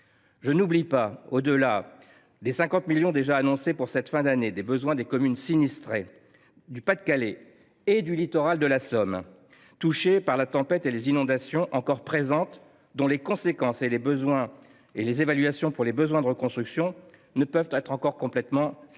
Je n’oublie pas, au delà des 50 millions d’euros déjà annoncés pour cette fin d’année, les besoins des communes sinistrées du Pas de Calais et du littoral de la Somme touchées par la tempête et les inondations, encore présentes, et dont les conséquences, notamment en termes de reconstruction, ne peuvent être encore complètement évaluées.